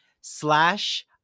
slash